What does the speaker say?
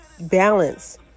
Balance